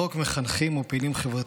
/ לא רק מחנכים או פעילים חברתיים.